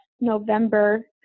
November